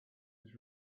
was